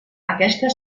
aquesta